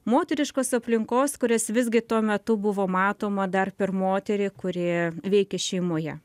moteriškos aplinkos kurios visgi tuo metu buvo matoma dar per moterį kuri veikia šeimoje